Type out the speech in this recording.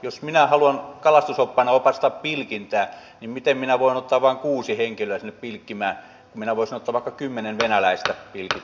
jos minä haluan kalastusoppaana opastaa pilkintää niin miten minä voin ottaa vain kuusi henkilöä sinne pilkkimään kun minä voisin ottaa vaikka kymmenen venäläistä pilkin harrastajaa